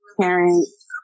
parents